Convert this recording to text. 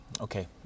Okay